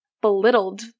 belittled